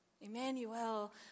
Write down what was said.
Emmanuel